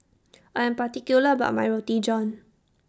I'm particular about My Roti John